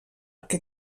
que